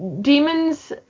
Demons